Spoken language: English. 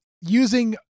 using